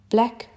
Black